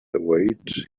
await